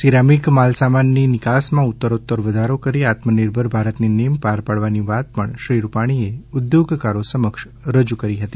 ceramic માલસામાનની નિકાસમાં ઉત્તરોત્તર વધારો કરી આત્મનિર્ભર ભારતની નેમ પાર પાડવાની વાત પણ શ્રી રૂપાણીએ ઉદ્યોગકારો સમક્ષ રજૂ કરી છે